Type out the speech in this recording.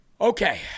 Okay